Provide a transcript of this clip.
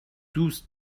دوست